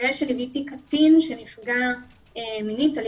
אחרי שליוויתי קטין שנפגע מינית על